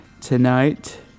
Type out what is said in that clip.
tonight